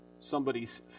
somebody's